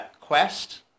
Quest